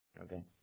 okay